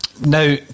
Now